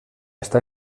està